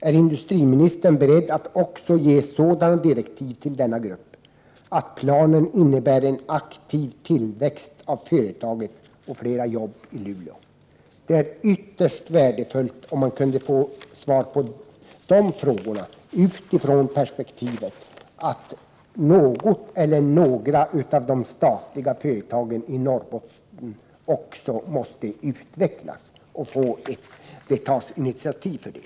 Är industriministern beredd att också ge sådana direktiv till denna grupp att planen innebär en aktiv tillväxt av företaget och flera jobb i Luleå? Det vore ytterst värdefullt om man kunde få svar på de frågorna utifrån perspektivet att något eller några av de statliga företagen i Norrbotten också måste utvecklas och att det måste tas initiativ för det.